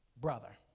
brother